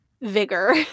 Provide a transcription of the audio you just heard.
vigor